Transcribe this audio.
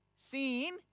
seen